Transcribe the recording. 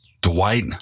Dwight